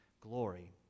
glory